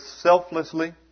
selflessly